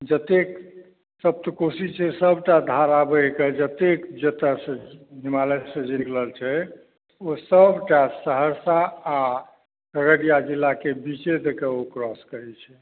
जतेक सप्तकोशी छै सभटा धारा बहिकऽ जतेक जतऽसँ हिमालयसँ जे निकलल छै ओ सभटा सहरसा आ अररिया जिलाके बीचे दैकऽ ओ क्रॉस करैत छै